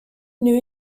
new